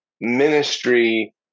ministry